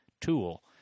tool